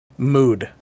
mood